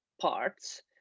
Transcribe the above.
parts